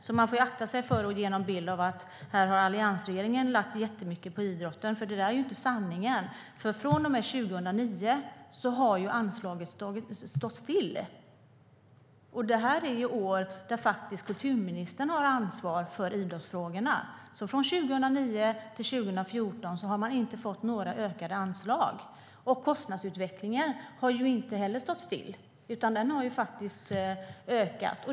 Så man får akta sig för att ge en bild av att alliansregeringen har satsat jättemycket på idrotten, för det är inte sant. Från och med 2009 har utvecklingen av anslaget stått stilla. Det är faktiskt kulturministern som har ansvar för idrottsfrågorna. Under åren 2009-2014 har idrottsrörelsen inte fått några ökade anslag. Kostnadsutvecklingen har däremot inte stått stilla, utan kostnaderna har ökat.